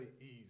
easy